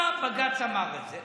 בג"ץ אמר את זה.